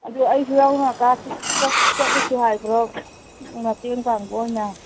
ꯑꯗꯨ ꯑꯩꯁꯨ ꯌꯥꯎꯟ ꯀꯥꯁꯤ ꯆꯠ ꯆꯠꯂꯨꯁꯤ ꯍꯥꯏꯕ꯭ꯔꯣ ꯃꯇꯦꯡ ꯄꯥꯡꯕ ꯑꯣꯏꯅ